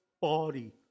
body